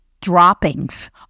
droppings